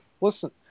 Listen